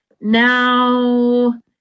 Now